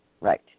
Right